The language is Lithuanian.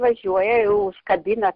važiuoja jau užkabina